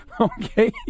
okay